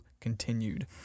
continued